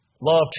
Love